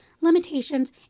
limitations